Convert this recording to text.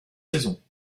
saisons